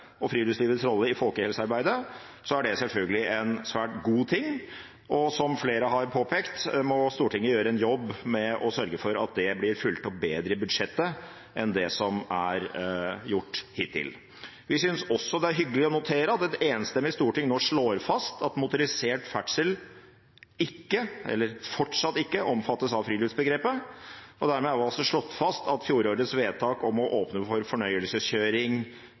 og friluftslivets rolle i folkehelsearbeidet, er det selvfølgelig en svært god ting. Og som flere har påpekt, må Stortinget gjøre en jobb med å sørge for at det blir fulgt opp bedre i budsjettet enn det som er gjort hittil. Vi synes også det er hyggelig å notere at et enstemmig storting nå slår fast at motorisert ferdsel ikke – fortsatt ikke – omfattes av friluftsbegrepet. Dermed er det også slått fast at fjorårets vedtak om å åpne for fornøyelseskjøring